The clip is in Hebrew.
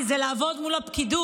כי זה לעבוד מול הפקידות,